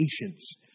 patience